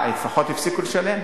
לפחות הפסיקו לשלם.